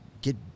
get